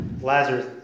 Lazarus